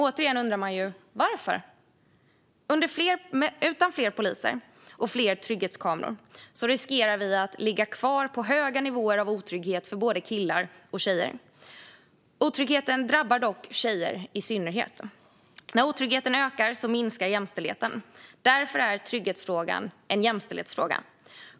Återigen undrar man varför. Utan fler poliser och fler trygghetskameror riskerar vi att ligga kvar på höga nivåer av otrygghet för både killar och tjejer. Otryggheten drabbar dock tjejer i synnerhet, och när otryggheten ökar minskar jämställdheten. Därför är trygghetsfrågan en jämställdhetsfråga.